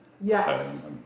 Yes